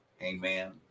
Amen